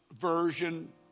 version